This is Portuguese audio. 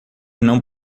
não